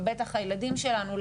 ובטח הילדים שלנו,